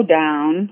down